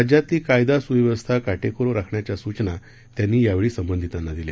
राज्यातली कायदा सुव्यवस्था काटेकोरपणे राखण्याच्या सूचना त्यांनी यावेळी संबंधितांना दिल्या